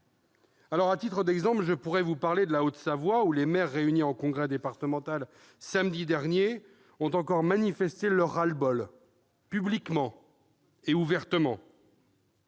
À titre d'exemple, je pourrais vous parler de la Haute-Savoie, où les maires réunis en congrès départemental samedi dernier ont encore manifesté leur ras-le-bol, publiquement et ouvertement.